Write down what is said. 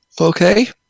Okay